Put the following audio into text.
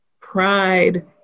Pride